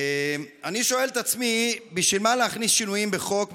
אני שואל את עצמי בשביל מה להכניס שינויים בחוק,